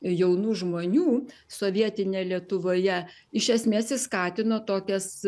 jaunų žmonių sovietinėj lietuvoje iš esmės jis skatino tokias